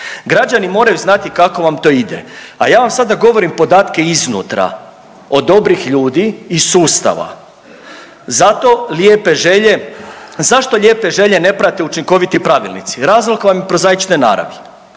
Građani moraju znati kako vam to ide, a ja vam sada govorim podatke iznutra od dobrih ljudi iz sustava. Zato lijepe želje, zašto lijepe želje ne prate učinkoviti pravilnici? Razlog vam je prozaične naravi.